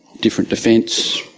different defence.